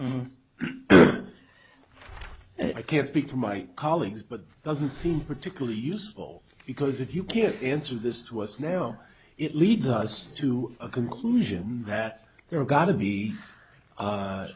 no i can't speak for my colleagues but doesn't seem particularly useful because if you can't answer this to us now it leads us to a conclusion that there are got to be